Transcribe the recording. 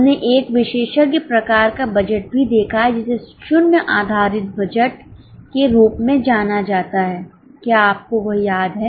हमने एक विशेषज्ञ प्रकार का बजट भी देखा है जिसे शून्य आधारित बजट के रूप में जाना जाता है क्या आपको वह याद है